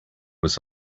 was